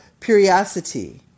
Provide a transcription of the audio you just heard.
curiosity